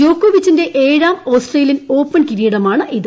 ജോക്കോവിച്ചിന്റെ ഏഴാം ഓസ്ട്രേലിയ്ക്ക്ൻ ഓപ്പൺ കിരീടമാണിത്